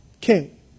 King